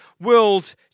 world